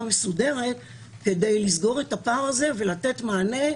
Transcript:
מסודרת כדי לסגור את הפער הזה ולתת מענה,